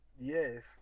Yes